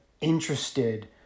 interested